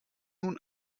nun